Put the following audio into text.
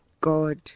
God